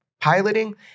piloting